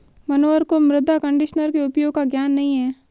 मनोहर को मृदा कंडीशनर के उपयोग का ज्ञान नहीं है